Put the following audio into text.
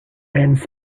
dense